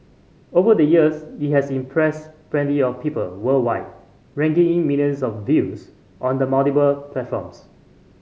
over the years it has impressed plenty of people worldwide raking in millions of views on the multiple platforms